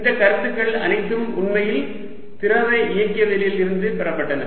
இந்த கருத்துருக்கள் அனைத்தும் உண்மையில் திரவ இயக்கவியலில் இருந்து பெறப்பட்டன